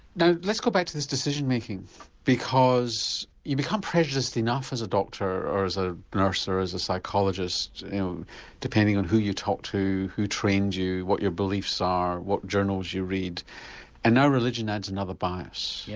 now let's go back to this decision making because you become prejudiced enough as a doctor, or as a nurse, or as a psychologist depending on who you talk to, who trained you, what your beliefs are, what journals you read and now religion adds another bias, yeah